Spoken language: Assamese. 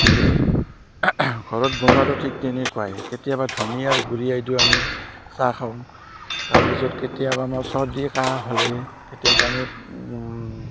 গতিকে ঘৰত বনোৱাটো ঠিক তেনেকুৱাই কেতিয়াবা ধনিয়াৰ গুৰিয়ে দিও আমি চাহ খাওঁ তাৰ পিছত কেতিয়াবা আমাৰ চৰ্দি কাহ হ'লে কেতিয়াবা আমি